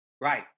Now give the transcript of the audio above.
Right